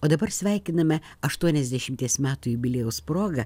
o dabar sveikiname aštuoniasdešimties metų jubiliejaus proga